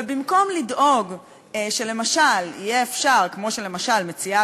ובמקום לדאוג שלמשל יהיה אפשר כמו שלמשל מציעה